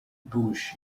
bush